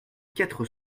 quatre